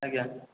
ଆଜ୍ଞା